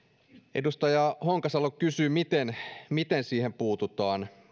edustaja honkasalo kysyi miten miten siihen puututaan